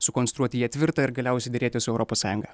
sukonstruoti ją tvirtą ir galiausiai derėtis su europos sąjunga